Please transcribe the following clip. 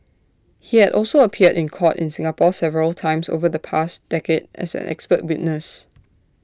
he had also appeared in court in Singapore several times over the past decade as an expert witness